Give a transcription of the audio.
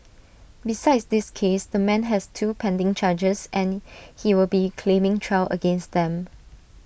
besides this case the man has two pending charges and he will be claiming trial against them